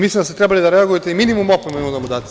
Mislim da ste trebali da reagujete i minimum opomenu da mu date.